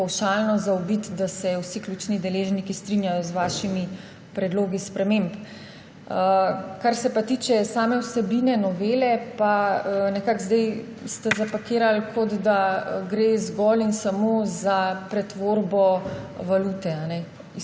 pavšalno zaobiti, da se vsi ključni deležniki strinjajo z vašimi predlogi sprememb. Kar se tiče same vsebine novele pa ste nekako zdaj zapakirali, kot da gre zgolj in samo za pretvorbo valute iz